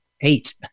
eight